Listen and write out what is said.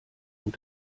und